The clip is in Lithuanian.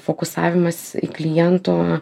fokusavimasis į kliento